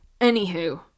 Anywho